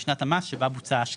בשנת המס שבה בוצעה ההשקעה,